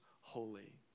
holy